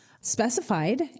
specified